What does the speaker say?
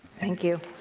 thank you.